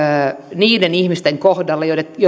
niiden ihmisten kohdalla joista